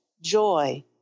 joy